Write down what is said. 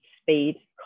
speed